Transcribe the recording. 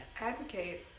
Advocate